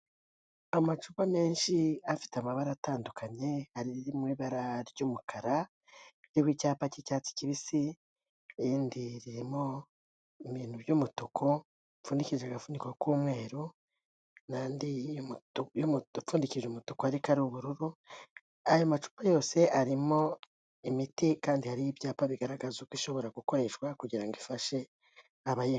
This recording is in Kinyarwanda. Amacupa menshi afite amabara atandukanye ari mu ibara ry'umukara, ririho icyapa cy'icyatsi kibisi, irindi ririmo ibintu by'umutuku bipfundiki agafuniko k'umweru n'andi apfundikije umutuku ariko ari ubururu, ayo macupa yose arimo imiti kandi hariho ibyapa bigaragaza uko ishobora gukoreshwa kugirango ifashe abahinywa.